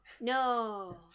No